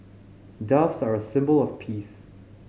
doves are a symbol of peace